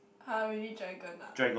[huh] really dragon ah